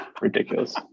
Ridiculous